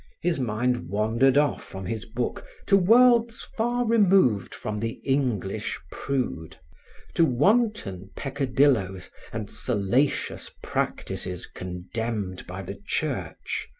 his mind wandered off from his book to worlds far removed from the english prude to wanton peccadilloes and salacious practices condemned by the church.